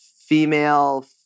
female